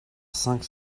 cinq